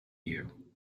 you